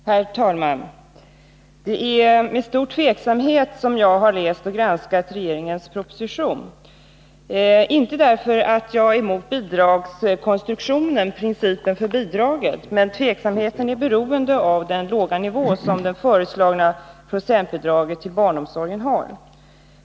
Herr talman! Det är med stor tveksamhet som jag läst och granskat regeringens proposition. Inte därför att jag är emot principen för bidragen — tveksamheten är beroende av den låga nivå som de föreslagna procentbidragen till barnomsorgen har.